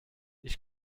ich